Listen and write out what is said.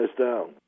down